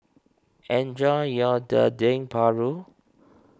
enjoy your Dendeng Paru